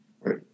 right